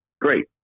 Great